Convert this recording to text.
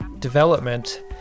development